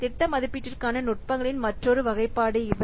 திட்ட மதிப்பீட்டிற்கான நுட்பங்களின் மற்றொரு வகைப்பாடு இவை